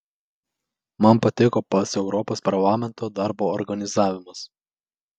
man patiko pats europos parlamento darbo organizavimas